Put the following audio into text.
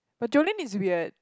but Jolene is weird